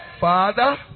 Father